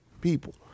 people